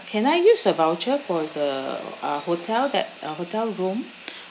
can I use the voucher for the uh hotel that uh hotel room